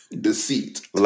Deceit